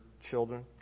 children